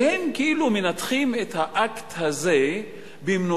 שהם כאילו מנתחים את האקט הזה במנותק